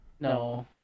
No